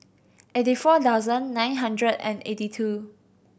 eighty four thousand nine hundred and eighty two